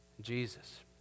Jesus